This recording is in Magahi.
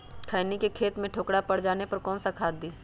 खैनी के खेत में ठोकरा पर जाने पर कौन सा खाद दी?